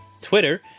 twitter